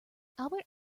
albert